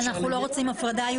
אנחנו לא רוצים הפרדה.